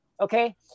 Okay